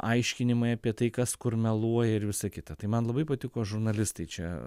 aiškinimai apie tai kas kur meluoja ir visa kita tai man labai patiko žurnalistai čia